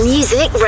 Music